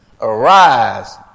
Arise